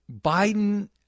Biden